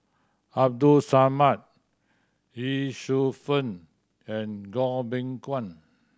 Abdul Samad Ye Shufang and Goh Beng Kwan